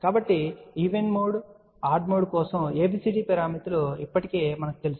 కాబట్టి event mode odd mode కోసం ABCD పారామితులు ఇప్పటికే మాకు తెలుసు